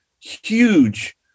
huge